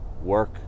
work